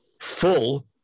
full